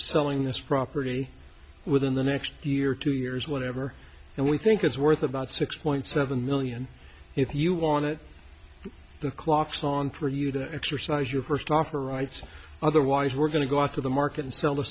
selling this property within the next year two years whatever and we think it's worth about six point seven million if you wanted the clock's on for you to exercise your first offer rights otherwise we're going to go out to the market and sell